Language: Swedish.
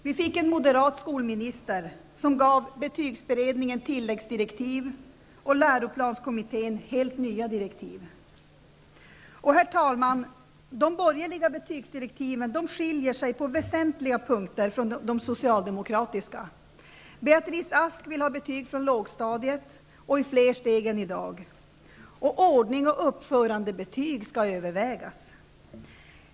Vi fick en moderat skolminister som gav betygsberedningen tilläggsdirektiv och läroplanskommittén helt nya direktiv. Herr talman! De borgerliga betygsdirektiven skiljer sig på väsentliga punkter från de socialdemokratiska direktiven. Beatrice Ask vill ha betyg redan från lågstadiet och fler steg än vad som i dag finns. Ordning och uppförandebetyg skall övervägas.